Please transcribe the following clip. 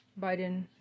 Biden